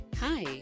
Hi